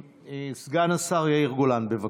סגן השר יאיר גולן, בבקשה.